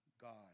God